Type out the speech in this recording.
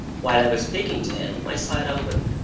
while i was speaking to him, i saw it open,